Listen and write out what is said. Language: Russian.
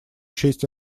честь